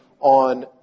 on